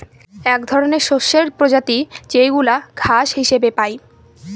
এক ধরনের শস্যের প্রজাতি যেইগুলা ঘাস হিসেবে পাই